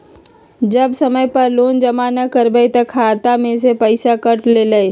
जब समय पर लोन जमा न करवई तब खाता में से पईसा काट लेहई?